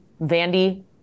Vandy